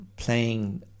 playing